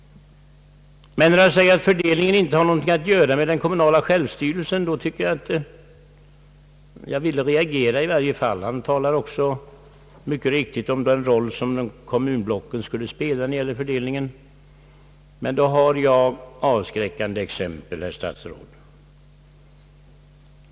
Men när han säger att fördelningen av bostadskvoten inte har någonting att göra med den kommunala självstyrelsen, måste jag reagera. Han talar också mycket riktigt om den roll som kommunblocken skulle spela när det gäller denna fördelning, men då har jag avskräckande exempel, herr statsråd.